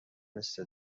مثل